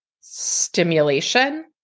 stimulation